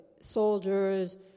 soldiers